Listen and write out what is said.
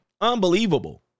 Unbelievable